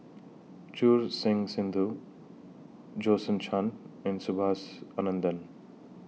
Choor Singh Sidhu Jason Chan and Subhas Anandan